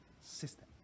system